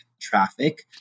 traffic